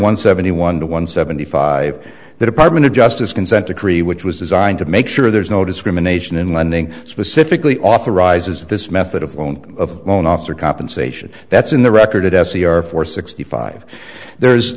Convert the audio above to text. one seventy one to one seventy five that apply when a justice consent decree which was designed to make sure there is no discrimination in lending specifically authorizes this method of loan of loan officer compensation that's in the record it s e r four sixty five there's